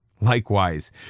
Likewise